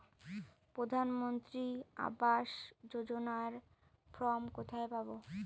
প্রধান মন্ত্রী আবাস যোজনার ফর্ম কোথায় পাব?